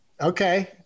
okay